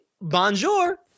Bonjour